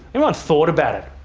anyone thought about it?